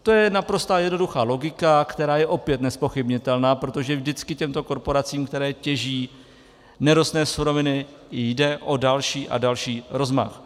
To je naprosto jednoduchá logika, která je opět nezpochybnitelná, protože vždycky těmto korporacím, které těží nerostné suroviny, jde o další a další rozmach.